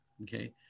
okay